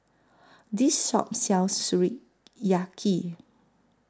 This Shop sells Sukiyaki